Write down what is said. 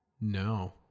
no